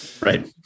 Right